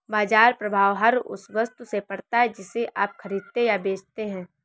बाज़ार प्रभाव हर उस वस्तु से पड़ता है जिसे आप खरीदते या बेचते हैं